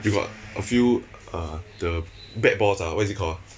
you got a few uh the bat balls ah what is it called uh